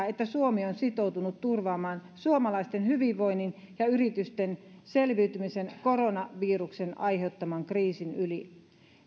että suomi on sitoutunut turvaamaan suomalaisten hyvinvoinnin ja yritysten selviytymisen koronaviruksen aiheuttaman kriisin yli